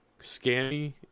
scammy